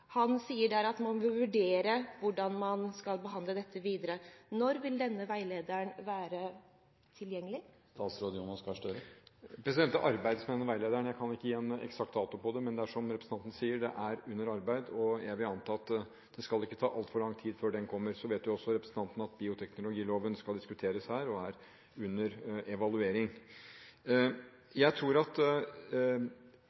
Han sier at man der vil vurdere hvordan man skal behandle dette videre. Når vil denne veilederen være tilgjengelig? Det arbeides med denne veilederen. Jeg kan ikke gi en eksakt dato, men den er, som representanten sier, under arbeid, og jeg vil anta at det ikke tar altfor lang tid før den kommer. Så vet jo også representanten at bioteknologiloven skal diskuteres her, og er under evaluering.